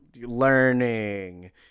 learning